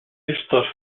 estos